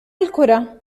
الكرة